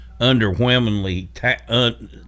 underwhelmingly